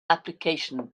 application